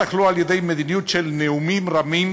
בטח לא על-ידי מדיניות של נאומים רמים,